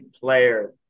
player